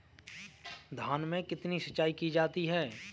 धान में कितनी सिंचाई की जाती है?